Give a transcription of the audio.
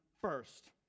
first